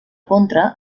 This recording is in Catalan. contra